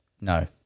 No